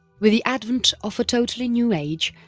with the advent of a totally new age,